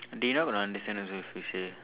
they not going to understand also if you say